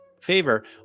favor